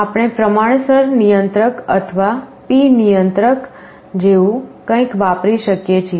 આપણે પ્રમાણસર નિયંત્રક અથવા P નિયંત્રક જેવું કંઈક વાપરી શકીએ છીએ